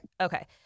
Okay